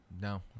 No